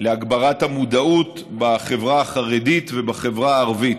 להגברת המודעות בחברה החרדית ובחברה הערבית.